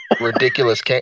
ridiculous